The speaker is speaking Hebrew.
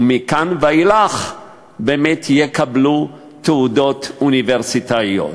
ומכאן ואילך יקבלו תעודות אוניברסיטאיות.